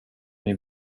min